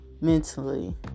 mentally